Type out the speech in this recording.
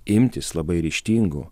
imtis labai ryžtingų